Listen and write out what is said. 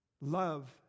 love